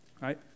right